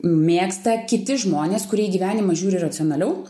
mėgsta kiti žmonės kurie į gyvenimą žiūri racionaliau